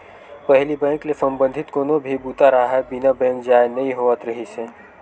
पहिली बेंक ले संबंधित कोनो भी बूता राहय बिना बेंक जाए नइ होवत रिहिस हे